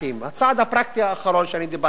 הצעד הפרקטי האחרון שאני דיברתי עליו